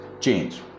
change